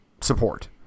support